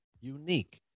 unique